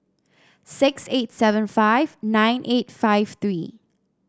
six eight seven five nine eight five three